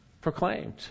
proclaimed